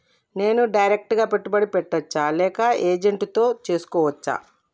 నేను డైరెక్ట్ పెట్టుబడి పెట్టచ్చా లేక ఏజెంట్ తో చేస్కోవచ్చా?